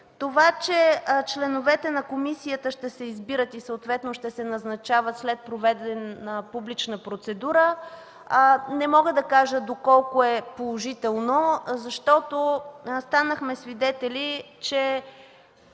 Това, че членовете на комисията ще се избират и съответно ще се назначават след проведена публична процедура, не мога да кажа доколко е положително, защото станахме свидетели, че